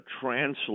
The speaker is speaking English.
translate